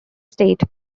state